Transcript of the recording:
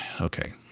okay